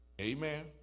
amen